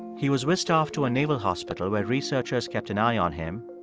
he was whisked off to a naval hospital where researchers kept an eye on him,